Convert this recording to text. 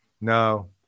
No